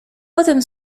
potem